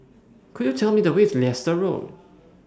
Could YOU Tell Me The Way to Leicester Road